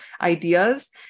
ideas